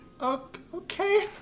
Okay